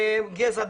גזע,